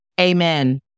Amen